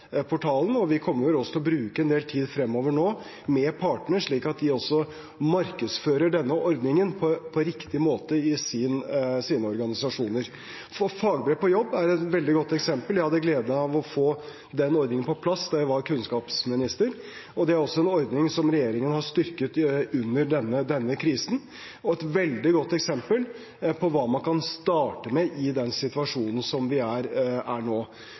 portalen. Vi kommer også til å bruke en del tid fremover nå med partene, slik at de markedsfører denne ordningen på riktig måte i sine organisasjoner. Fagbrev på jobb er et veldig godt eksempel. Jeg hadde gleden av å få den ordningen på plass da jeg var kunnskapsminister. Det er også en ordning som regjeringen har styrket under denne krisen, og et veldig godt eksempel på hva man kan starte med i den situasjonen vi er i nå. Så det er en god ordning. Det er også mange andre kompetansemidler, så vi håper bedriftene nå